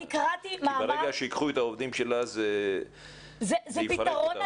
ברגע שייקחו את העובדים שלה, זה יפרק אותם.